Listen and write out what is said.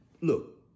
Look